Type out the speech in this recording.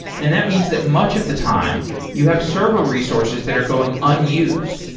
and that means that much of the time you have server resources that are going unused.